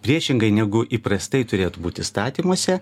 priešingai negu įprastai turėtų būt įstatymuose